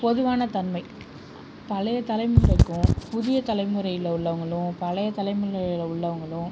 பொதுவான தன்மை பழைய தலைமுறைக்கும் புதிய தலைமுறையில் உள்ளவங்களும் பழைய தலைமுறையில் உள்ளவங்களும்